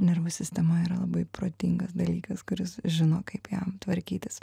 nervų sistema yra labai protingas dalykas kuris žino kaip jam tvarkytis